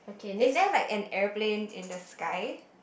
is there like an airplane in the sky